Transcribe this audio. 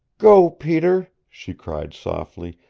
go, peter! she cried softly.